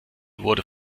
wurde